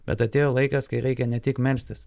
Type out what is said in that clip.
bet atėjo laikas kai reikia ne tik melstis